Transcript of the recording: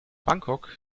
bangkok